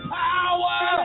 power